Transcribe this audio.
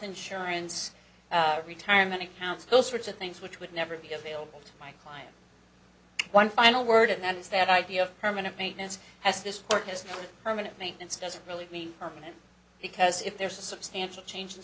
insurance retirement accounts those sorts of things which would never be available to my client one final word and that is that idea of permanent maintenance as this work has permanent maintenance doesn't really mean permanent because if there's a substantial change